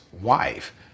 wife